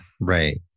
Right